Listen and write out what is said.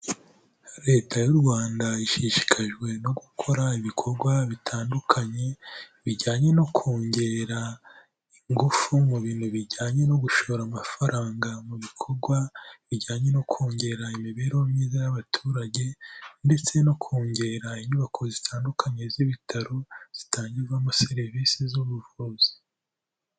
Leta y'u Rwanda ishishikajwe no gukora ibikorwa bitandukanye, bijyanye no kongerarera ingufu mu bintu bijyanye no gushora amafaranga mu bikorwa bijyanye no kongera imibereho myiza y'abaturage ndetse no kongera inyubako zitandukanye z'ibitaro zitangirwamo serivisi z'ubuvuzi.